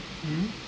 hmm